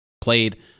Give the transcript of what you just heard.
played